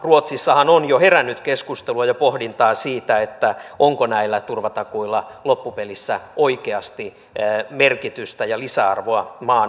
ruotsissahan on jo herännyt keskustelua ja pohdintaa siitä onko näillä turvatakuilla loppupelissä oikeasti merkitystä ja lisäarvoa maan turvallisuudelle